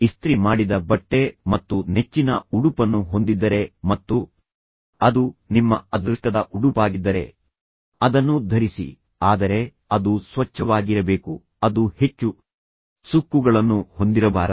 ಇಸ್ತ್ರಿ ಮಾಡಿದ ಬಟ್ಟೆ ಮತ್ತು ನೆಚ್ಚಿನ ಉಡುಪನ್ನು ಹೊಂದಿದ್ದರೆ ಮತ್ತು ಅದು ನಿಮ್ಮ ಅದೃಷ್ಟದ ಉಡುಪಾಗಿದ್ದರೆ ಅದನ್ನು ಧರಿಸಿ ಆದರೆ ಅದು ಸ್ವಚ್ಛವಾಗಿರಬೇಕು ಅದು ಹೆಚ್ಚು ಸುಕ್ಕುಗಳನ್ನು ಹೊಂದಿರಬಾರದು